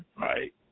right